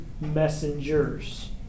messengers